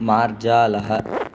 मार्जालः